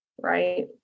Right